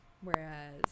Whereas